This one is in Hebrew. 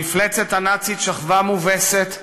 המפלצת הנאצית שכבה מובסת,